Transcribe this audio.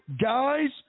guys